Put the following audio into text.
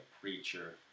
preacher